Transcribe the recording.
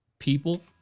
people